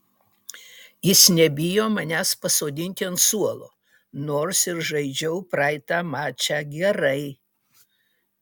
jis nebijo manęs pasodinti ant suolo nors ir žaidžiau praeitą mačą gerai